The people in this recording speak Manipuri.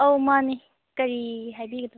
ꯑꯧ ꯃꯥꯟꯅꯤ ꯀꯔꯤ ꯍꯥꯏꯕꯤꯒꯗꯕ